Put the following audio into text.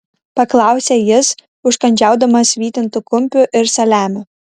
paklausė jis užkandžiaudamas vytintu kumpiu ir saliamiu